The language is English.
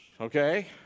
okay